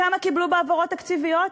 כמה קיבלו בהעברות תקציביות?